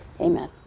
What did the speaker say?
Amen